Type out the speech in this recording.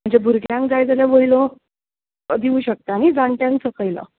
म्हणजे भुरग्यांक जाय जाल्यार वयलो दिवं शकतां न्हय आनी जाणट्यांक सकयलो